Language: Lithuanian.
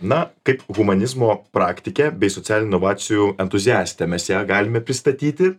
tai e na kaip humanizmo praktike bei socialinių inovacijų entuziastė mes ją galime pristatyti